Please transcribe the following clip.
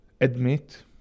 admit